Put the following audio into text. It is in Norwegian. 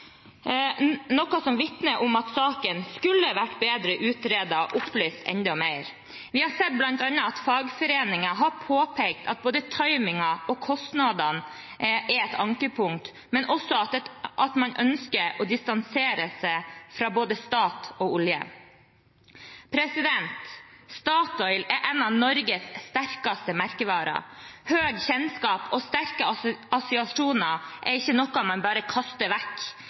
feilinformert, noe som vitner om at saken skulle ha vært bedre utredet og opplyst enda mer. Vi har bl.a. sett at fagforeningen har påpekt at både timingen og kostnadene er et ankepunkt, men også at man ønsker å distansere seg fra både stat og olje. Statoil er en av Norges sterkeste merkevarer – høy kjennskap og sterke assosiasjoner er ikke noe man bare kaster vekk.